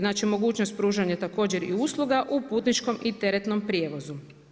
Znači mogućnost pružanja također i usluga u putničkom i teretnom prijevozu.